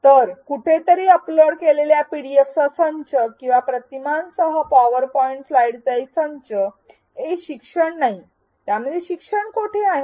तर कुठेतरी अपलोड केलेल्या पीडीएफचा संच किंवा प्रतिमांसह पॉवर पॉइंट स्लाइडचा एक संच हे ई शिक्षण नाही त्यामध्ये शिक्षण कोठे आहे